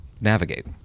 navigate